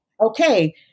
okay